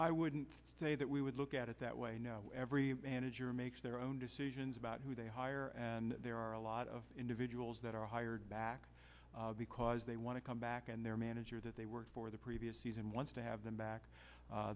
i wouldn't say that we would look at it that way you know every manager makes their own decisions about who they hire and there are a lot of individuals that are hired back because they want to come back and their manager that they work for the previous season wants to have them back